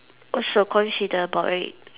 what's your consider about it